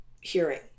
hearing